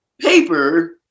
paper